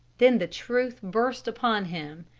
then the truth burst upon him.